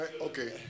Okay